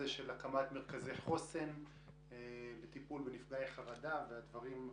של הקמת מרכזי חוסן לטיפול בנפגעי חרדה ובדברים נוספים.